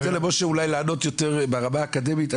אני אתן למשה לענות יותר ברמה האקדמית.